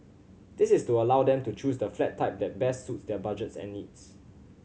this is to allow them to choose the flat type that best suits their budgets and needs